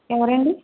ఎవరండి